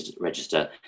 register